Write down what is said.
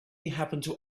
happen